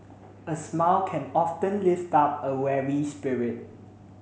a smile can often lift up a weary spirit